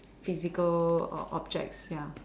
physical oh objects ya